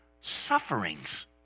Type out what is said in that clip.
sufferings